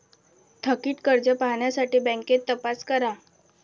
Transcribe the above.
थकित कर्ज पाहण्यासाठी बँकेत तपास करा